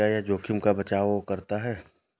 क्या यह जोखिम का बचाओ करता है?